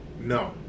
no